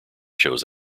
shows